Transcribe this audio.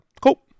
cool